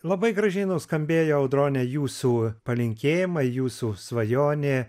labai gražiai nuskambėjo audrone jūsų palinkėjimai jūsų svajonė